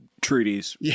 treaties